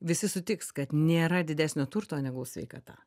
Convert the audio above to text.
visi sutiks kad nėra didesnio turto negul sveikata